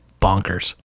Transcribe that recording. bonkers